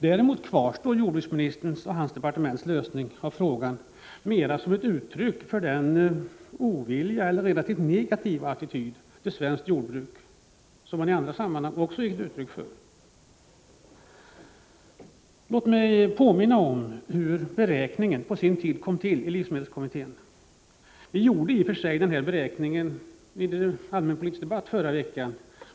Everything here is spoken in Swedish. Däremot framstår jordbruksministerns och departementets lösning av frågan mera som ett uttryck för den ovilja eller den relativt negativa attityd till svenskt jordbruk som jordbruksministern i andra sammanhang också gett uttryck för. Låt mig påminna om hur beräkningen på sin tid kom till i livsmedelskommittén. Vi redogjorde i och för sig för denna beräkning vid förra veckans allmänpolitiska debatt.